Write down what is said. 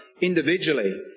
individually